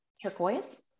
Turquoise